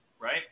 right